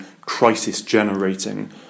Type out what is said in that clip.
crisis-generating